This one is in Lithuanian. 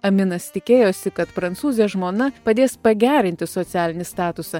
aminas tikėjosi kad prancūzė žmona padės pagerinti socialinį statusą